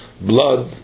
blood